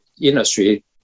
industry